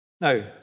Now